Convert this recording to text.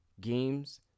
games